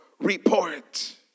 report